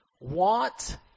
want